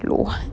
low